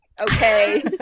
Okay